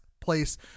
place